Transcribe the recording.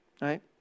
Right